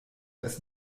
ist